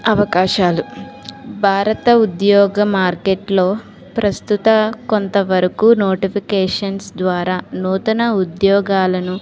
అవకాశాలు భారత ఉద్యోగ మార్కెట్లో ప్రస్తుతం కొంతవరకు నోటిఫికేషన్స్ ద్వారా నూతన ఉద్యోగాలను